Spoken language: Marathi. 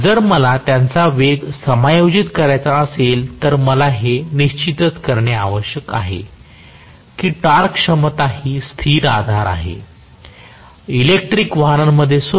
जर मला त्याचा वेग समायोजित करायचा असेल तर मला हे निश्चित करणे आवश्यक आहे की टॉर्क क्षमता ही स्थिर आधार आहे इलेक्ट्रिक वाहनांमध्ये सुद्धा